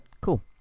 Cool